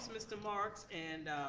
mr. marks, and